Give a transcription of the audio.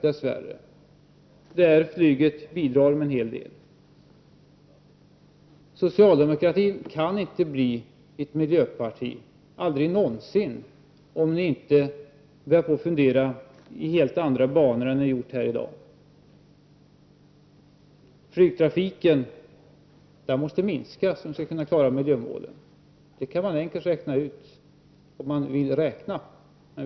Flygtrafiken bidrar därmed en hel del. Socialdemokraterna kan aldrig bli ett miljöparti, aldrig någonsin om de inte börjar fundera i helt andra banor än ni gör i dag. Flygtrafiken måste minskas om vi skall klara målen. Det kan man enkelt räkna ut om man vill räkna.